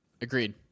agreed